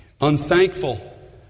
unthankful